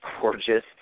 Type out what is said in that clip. gorgeous